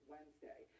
Wednesday